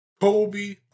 Kobe